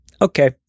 Okay